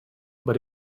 but